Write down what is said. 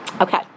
Okay